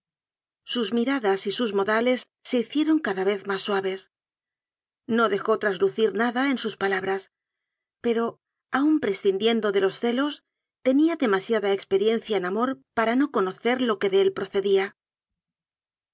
sus miradas y sus modales se hicieron cada vez más suaves no dejó traslucir nada en sus pala bras pero aun prescindiendo de los celos tenía demasiada experiencia en amor para no conocer lo que de él procedía